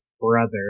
brother